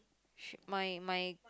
shit my my